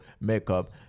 makeup